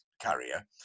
carrier